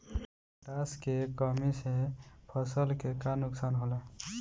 Potash के कमी से फसल के का नुकसान होला?